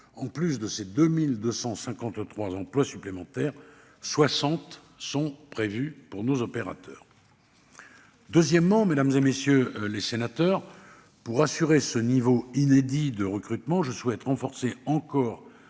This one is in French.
en sus de ces 2 253 emplois supplémentaires, 60 sont prévus pour nos opérateurs. Deuxièmement, mesdames, messieurs les sénateurs, pour assurer ce niveau inédit de recrutement, je souhaite renforcer encore